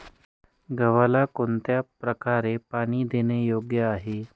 गव्हाला कोणत्या प्रकारे पाणी देणे योग्य आहे?